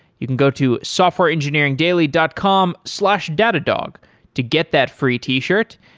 you can go to softwareengineeringdaily dot com slash datadog to get that free t-shirt,